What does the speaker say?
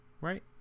Right